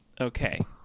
Okay